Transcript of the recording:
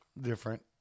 different